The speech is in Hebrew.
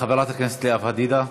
חברת הכנסת לאה פדידה,